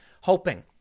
hoping